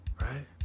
right